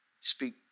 speak